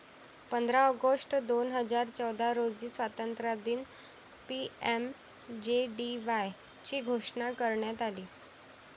पंधरा ऑगस्ट दोन हजार चौदा रोजी स्वातंत्र्यदिनी पी.एम.जे.डी.वाय ची घोषणा करण्यात आली